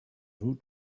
root